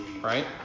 Right